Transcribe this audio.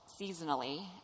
seasonally